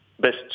best